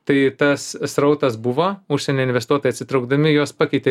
tai tas srautas buvo užsienio investuotojai atsitraukdami juos pakeitė